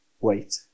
wait